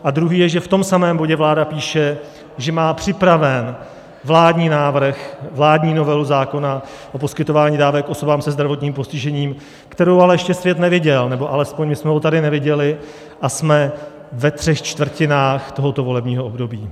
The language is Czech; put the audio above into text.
A druhý je, že v tom samém bodě vláda píše, že má připraven vládní návrh, vládní novelu zákona o poskytování dávek osobám se zdravotním postižením, kterou ale ještě svět neviděl, nebo alespoň my jsme ho tady neviděli, a jsme ve třech čtvrtinách tohoto volebního období.